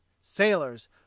sailors